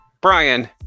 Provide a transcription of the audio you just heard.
Brian